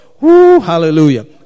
Hallelujah